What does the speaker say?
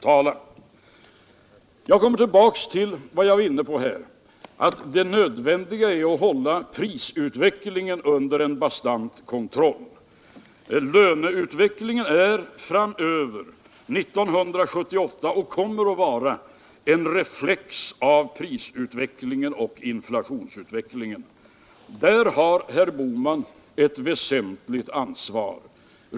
Jag återkommer till vad jag förut var inne på, att det riktiga är att hålla prisutvecklingen under stark kontroll. Löneutvecklingen under 1978 och framöver kommer att vara en reflex av prisoch inflationsutvecklingen. Där har herr Bohman ett väsentligt ansvar.